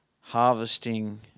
harvesting